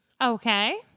Okay